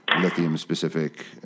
lithium-specific